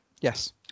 Yes